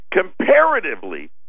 Comparatively